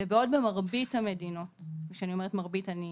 בעוד במרבית המדינות כשאני אומרת מרבית, אני